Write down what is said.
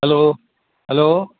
hello hello